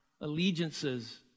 allegiances